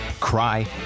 cry